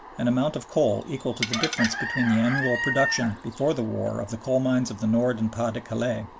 an amount of coal equal to the difference between the annual production before the war of the coal-mines of the nord and pas de calais,